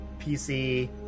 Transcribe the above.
PC